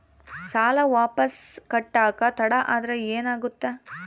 ಸಾಲ ವಾಪಸ್ ಕಟ್ಟಕ ತಡ ಆದ್ರ ಏನಾಗುತ್ತ?